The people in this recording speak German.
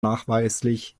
nachweislich